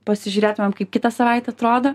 pasižiūrėtumėm kaip kitą savaitę atrodo